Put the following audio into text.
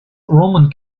roman